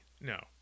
No